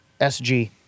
SG